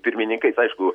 pirmininkais aišku